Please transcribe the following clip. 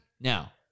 Now